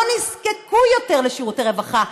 לא נזקקו יותר לשירותי הרווחה.